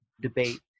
debate